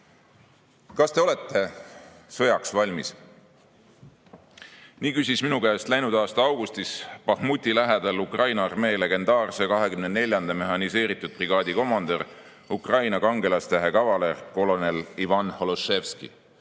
te olete sõjaks valmis?" Nii küsis minu käest läinud aasta augustis Bahmuti lähedal Ukraina armee legendaarse 24. mehhaniseeritud brigaadi komandör, Ukraina kangelastähe kavaler kolonel Ivan Holiševskõi.